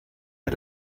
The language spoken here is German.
der